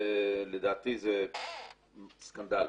לדעתי זה סקנדל,